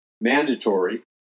mandatory